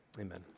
Amen